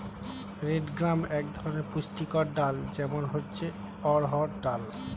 red gram এক ধরনের পুষ্টিকর ডাল, যেমন হচ্ছে অড়হর ডাল